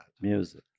Music